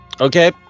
Okay